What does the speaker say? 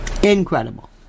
Incredible